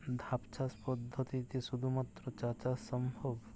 ধাপ চাষ পদ্ধতিতে শুধুমাত্র চা চাষ সম্ভব?